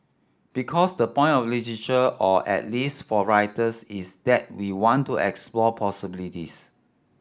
because the point of literature or at least for writers is that we want to explore possibilities